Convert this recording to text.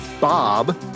Bob